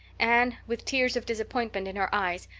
anne, with tears of disappointment in her eyes,